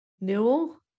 no